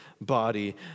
body